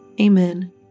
Amen